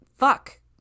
Fuck